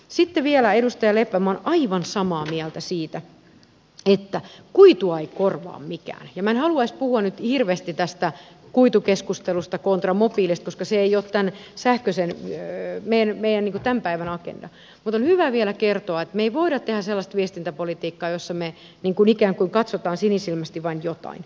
sitten vielä edustaja leppä minä olen aivan samaa mieltä siitä että kuitua ei korvaa mikään ja minä en haluaisi puhua nyt hirveästi tästä kuitukeskustelusta kontra mobiileista koska se ei ole meidän tämän päivän agendamme mutta on hyvä vielä kertoa että me emme voi tehdä sellaista viestintäpolitiikkaa jossa me ikään kuin katsomme sinisilmäisesti vain jotain